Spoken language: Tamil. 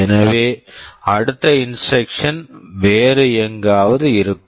எனவே அடுத்த இன்ஸ்ட்ரக்க்ஷன் instruction வேறு எங்காவது இருக்கும்